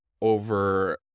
over